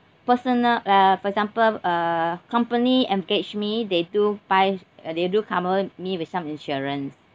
personal uh for example a company engage me they do buy uh they do cover me with some insurance